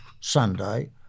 Sunday